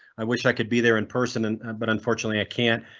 i wish i could be there in person, and but unfortunately i can't.